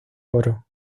oro